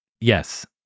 Yes